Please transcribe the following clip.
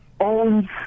owns